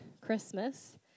Christmas